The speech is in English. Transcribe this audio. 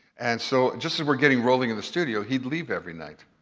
and so, just as we're getting rolling in the studio, he'd leave every night.